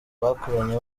bakoranye